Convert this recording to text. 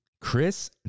Chris